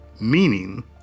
meaning